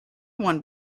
one